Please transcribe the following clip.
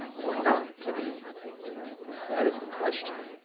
or not to be that is the question